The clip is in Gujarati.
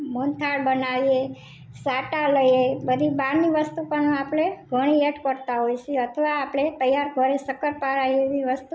મોહનથાળ બનાવીએ સાટા લઈએ બધી બારની વસ્તુ પણ આપણે ઘણીઅટ કરતાં હોય સી અથવા આપણે તૈયાર ઘરે સક્કરપારા એવી વસ્તુ